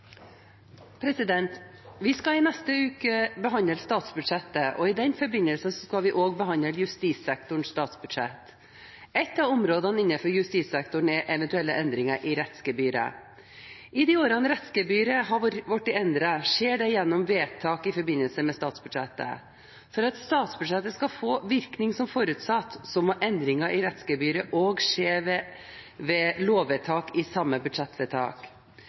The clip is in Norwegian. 2. Vi skal i neste uke behandle statsbudsjettet. I den forbindelse skal vi også behandle justissektorens statsbudsjett. Ett av områdene innenfor justissektoren er eventuelle endringer i rettsgebyret. De årene rettsgebyret har blitt endret, skjer det gjennom vedtak i forbindelse med statsbudsjettet. For at statsbudsjettet skal få virkning som forutsatt, må endringer i rettsgebyret også skje ved lovvedtak i samme budsjettvedtak.